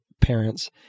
parents